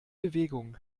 bewegung